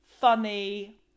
funny